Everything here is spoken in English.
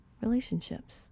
relationships